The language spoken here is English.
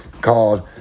Called